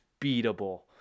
beatable